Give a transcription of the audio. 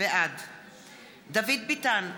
בעד דוד ביטן,